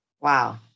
wow